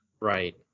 right